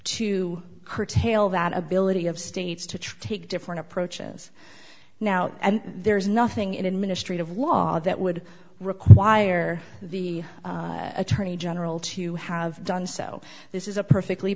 to curtail that ability of states to take different approaches now and there is nothing in administrative law that would require the attorney general to have done so this is a perfectly